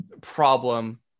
problem